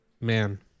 man